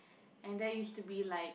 and that used to be like